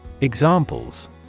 Examples